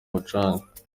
mucanga